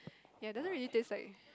ya doesn't really taste like